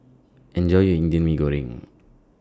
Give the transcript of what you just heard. Enjoy your Indian Mee Goreng